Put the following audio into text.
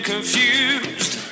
confused